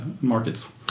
markets